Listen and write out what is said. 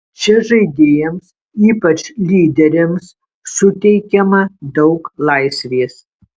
čia žaidėjams ypač lyderiams suteikiama daug laisvės